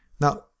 Now